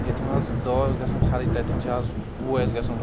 ییٚتٮ۪ن حض دٔہ ٲس گَژَھان خَرٕچ تَتٮ۪ن چھِ اَز وُہ اسہِ گَژَھان